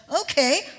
Okay